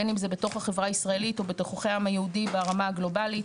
בין אם זה בתוך החברה הישראלית ובתוככי העם היהודי ברמה הגלובלית.